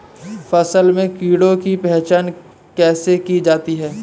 फसल में कीड़ों की पहचान कैसे की जाती है?